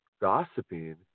gossiping